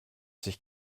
sich